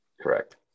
Correct